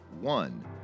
one